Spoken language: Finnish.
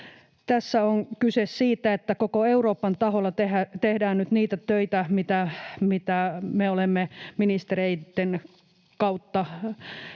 Tässä on kyse siitä, että koko Euroopan taholla tehdään nyt niitä töitä, mitä me olemme ministereitten kautta